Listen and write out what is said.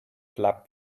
flap